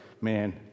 man